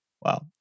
Wow